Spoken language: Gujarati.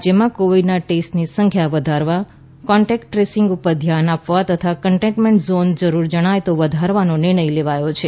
રાજ્યમાં કોવિડના ટેસ્ટની સંખ્યા વધારવા કોન્ટેક્ટ ટ્રેસિંગ ઉપર ધ્યાન આપવા તથા કન્ટેનમેન્ટ ઝોન જરૃર જણાય તો વધારવાનો નિર્ણય લેવાયો છે